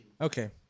Okay